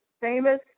famous